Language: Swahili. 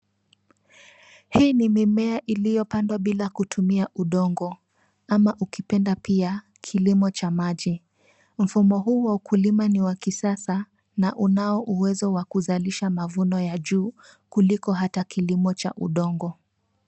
Hii ni mimea iliyopandwa bila kutumia udongo, ama ukipenda pia kilimo cha maji. Mfumo huu wa ukulima ni wa kisasa na unao uwezo wa kuzalisha mavuno ya juu kuliko hata kilimo cha udongo.